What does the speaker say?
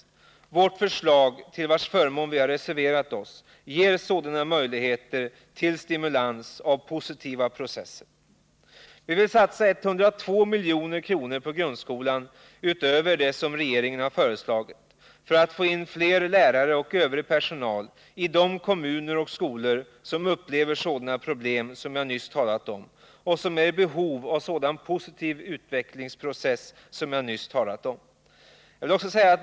Med vårt förslag, till vars förmån vi har reserverat oss, ges sådana möjligheter till stimulans av positiva processer. Vi vill satsa 102 milj.kr. på grundskolan utöver det som regeringen har föreslagit för att få in fler lärare och övrig personal i de kommuner och skolor som upplever sådana problem och som är i behov av sådan utvecklingsprocess som jag nyss talat om.